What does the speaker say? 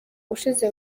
ushize